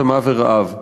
צמא ורעב,